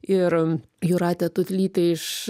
ir jūratė tutlytė iš